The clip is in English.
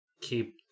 keep